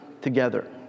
together